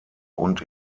und